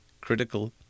critical